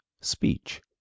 Speech